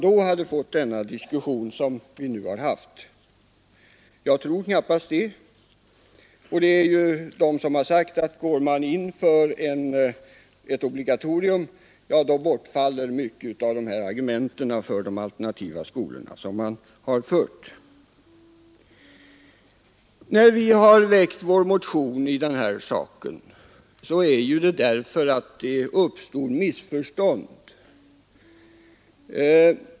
Hade vi då fått den diskussion som nu förts? Jag tror knappast det, och det finns de som sagt att mycket av argumenten i de alternativa förskolorna bortfaller om man går in för ett obligatorium. Vi har väckt vår motion nr 2047 i den här frågan därför att det har uppstått missförstånd.